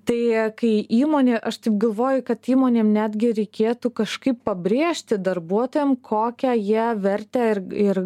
tai kai įmonė aš taip galvoju kad įmonėm netgi reikėtų kažkaip pabrėžti darbuotojam kokią jie vertę ir ir